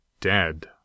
dead